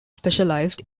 specialized